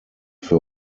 für